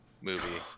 movie